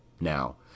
Now